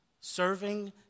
serving